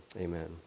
Amen